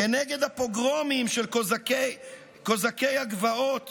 כנגד הפוגרומים של קוזקי הגבעות